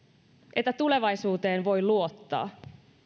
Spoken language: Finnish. että tulevaisuuteen voi luottaa